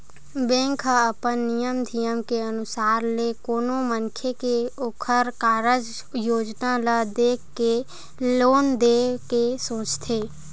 bank ह अपन नियम धियम के अनुसार ले कोनो मनखे के ओखर कारज योजना ल देख के लोन देय के सोचथे